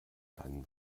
dann